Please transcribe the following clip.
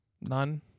None